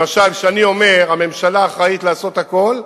למשל, כשאני אומר שהממשלה אחראית לעשות הכול,